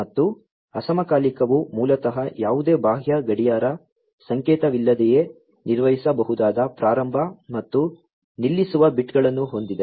ಮತ್ತು ಅಸಮಕಾಲಿಕವು ಮೂಲತಃ ಯಾವುದೇ ಬಾಹ್ಯ ಗಡಿಯಾರ ಸಂಕೇತವಿಲ್ಲದೆಯೇ ನಿರ್ವಹಿಸಬಹುದಾದ ಪ್ರಾರಂಭ ಮತ್ತು ನಿಲ್ಲಿಸುವ ಬಿಟ್ಗಳನ್ನು ಹೊಂದಿದೆ